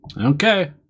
Okay